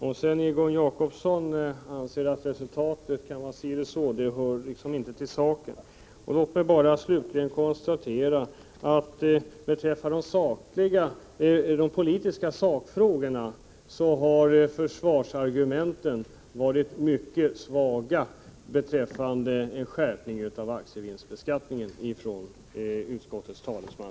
Att Egon Jacobsson sedan anser att resultatet kan vara si eller så hör liksom inte till saken. Låt mig bara slutligen konstatera att försvarsargumenten från utskottets talesmans sida har varit mycket svaga beträffande en skärpning av aktievinstbeskattningen.